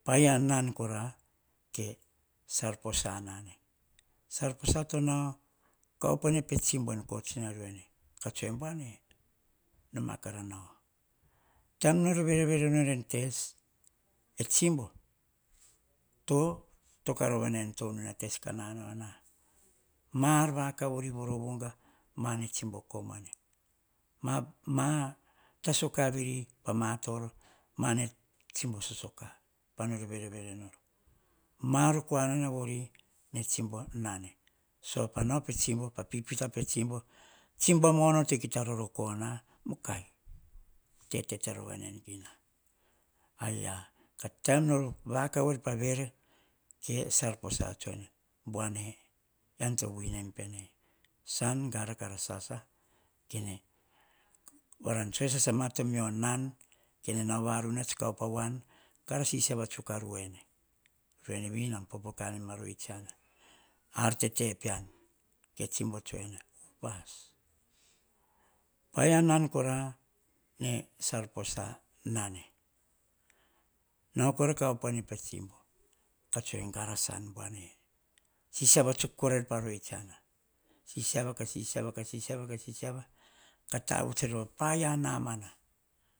Paia nan kora ke sakoisa nau kah opoi ne pe tsibo en koh tsina ruene. Buane nomana kara nao taim nol verevere nol entest eh tsibo totoka rova en tonuna tes kah nana nah ma-ar vakau vore voro vuga ma ar ne tsibo vakavoena ma tasoka vori. Ma-ar ne tsibo sosoka maro koanana vori. Ne tsibo nane, sova nauo pe tsibo pa pipita pe tsibo. Tsibo amono tokita rorokona mukai tetete rovana en gina taim nol vakav voer pavere buane. En to winim pene tsan gari kara sasare varan tsoe sasama to mio nan kah rasasama ruene vii. Nan popoka nom arde tsiana ar tete pean, ke tsibo tsoe ene oh nan kora. Ne sal posa nane nauo kora kah gene tsibo. Gara san buane sisiva tsuk korail pah roetsiana sisiva-ka sisina-ka sisiva. Kah tavuts er pah paia namana